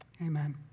Amen